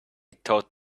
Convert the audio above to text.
taught